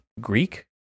greek